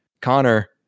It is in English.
Connor